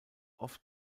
oft